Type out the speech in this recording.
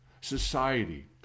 society